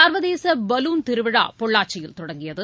சர்வதேச பலூன் திருவிழா பொள்ளாச்சியில் தொடங்கியது